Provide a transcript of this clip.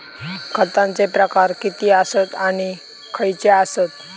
खतांचे प्रकार किती आसत आणि खैचे आसत?